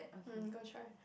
mm go try